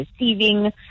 receiving